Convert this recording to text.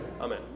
Amen